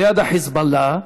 ליד ה"חיזבאללה",